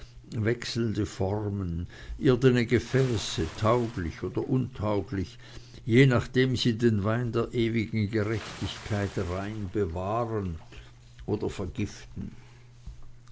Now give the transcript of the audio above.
wechselnde formen irdene gefäße tauglich oder untauglich je nachdem sie den wein der ewigen gerechtigkeit rein bewahren oder vergiften